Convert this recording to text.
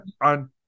on